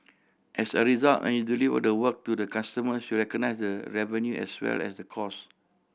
as a result when you deliver the work to the customers you recognise revenue as well as the cost